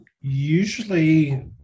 Usually